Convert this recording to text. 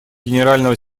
генерального